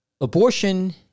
Abortion